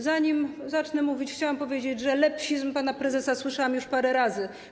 Zanim zacznę mówić, chciałam powiedzieć, że lepsizm pana prezesa słyszałam już parę razy.